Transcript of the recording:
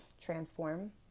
transform